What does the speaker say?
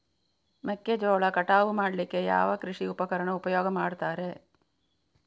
ಮೆಕ್ಕೆಜೋಳ ಕಟಾವು ಮಾಡ್ಲಿಕ್ಕೆ ಯಾವ ಕೃಷಿ ಉಪಕರಣ ಉಪಯೋಗ ಮಾಡ್ತಾರೆ?